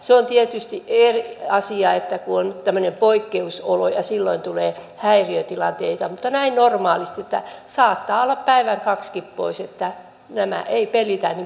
se on tietysti eri asia kun on tämmöinen poikkeusolo ja silloin tulee häiriötilanteita mutta näin normaalisti saattaa olla päivän kaksikin pois niin että nämä eivät pelitä niin kuin pitäisi